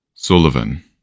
Sullivan